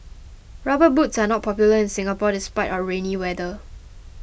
rubber boots are not popular in Singapore despite our rainy weather